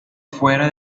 fuera